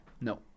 No